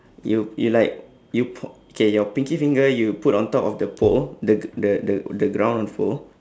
you you like you po~ okay your pinky finger you put on top of the pole the g~ the the the ground pole